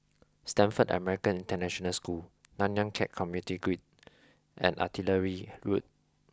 Stamford American International School Nanyang Khek Community Guild and Artillery Road